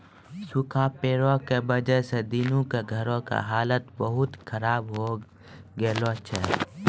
सूखा पड़ै के वजह स दीनू के घरो के हालत बहुत खराब होय गेलो छै